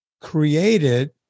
created